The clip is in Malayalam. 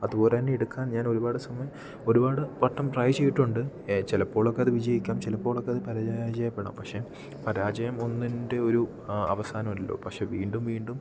അതുപോലെത്തന്നെ എടുക്കാൻ ഞാൻ ഒരുപാട് സമയം ഒരുപാട് വട്ടം ട്രൈ ചെയ്തിട്ടും ഉണ്ട് ചിലപ്പോളൊക്കെ അത് വിജയിക്കാം ചിലപ്പോളൊക്കെ അത് പരാജയപ്പെടാം പക്ഷെ പരാജയം ഒന്നിൻറേയും ഒരു അവസാനമല്ലല്ലോ പക്ഷെ വീണ്ടും വീണ്ടും